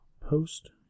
Post